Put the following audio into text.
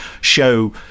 show